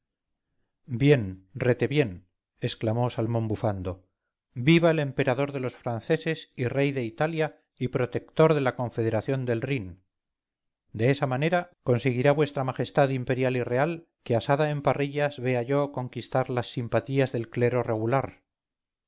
bien retebién exclamó salmón bufando viva el emperador de los franceses y rey de italia y protector de la confederación del rhin de esa manera conseguirá vuestra majestad imperial y real que asada en parrillas vea yo conquistar las simpatías del clero regular